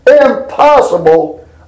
impossible